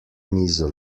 mizo